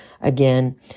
Again